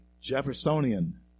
Jeffersonian